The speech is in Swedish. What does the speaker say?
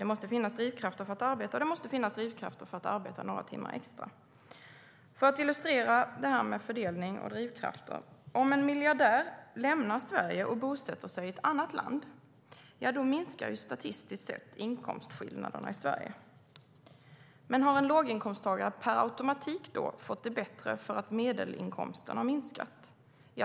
Det måste finnas drivkrafter för att arbeta och för att arbeta några timmar extra. För att illustrera det här med fördelning och drivkrafter: Om en miljardär lämnar Sverige och bosätter sig i ett annat land, ja, då minskar statistiskt sett inkomstskillnaderna i Sverige. Men har en låginkomsttagare per automatik fått det bättre för att medelinkomsten har minskat?